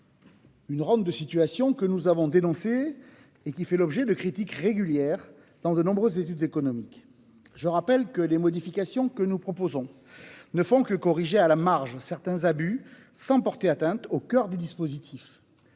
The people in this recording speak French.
une rente de situation que nous avons dénoncée et qui fait l'objet de critiques régulières dans de nombreuses études économiques ? Je rappelle que les modifications que nous proposons ne font que corriger à la marge certains abus, sans porter atteinte au coeur du dispositif.